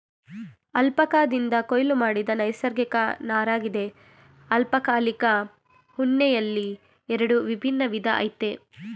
ಅಲ್ಪಕಾದಿಂದ ಕೊಯ್ಲು ಮಾಡಿದ ನೈಸರ್ಗಿಕ ನಾರಗಿದೆ ಅಲ್ಪಕಾಲಿಕ ಉಣ್ಣೆಯಲ್ಲಿ ಎರಡು ವಿಭಿನ್ನ ವಿಧ ಆಯ್ತೆ